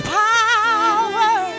power